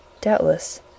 doubtless